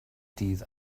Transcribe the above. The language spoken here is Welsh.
dydd